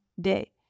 day